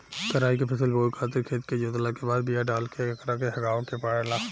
कराई के फसल बोए खातिर खेत के जोतला के बाद बिया डाल के एकरा के हेगावे के पड़ेला